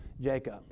Jacob